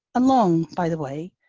along, by the way,